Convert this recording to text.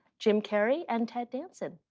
jim carrey and ted danson.